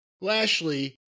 lashley